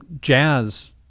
jazz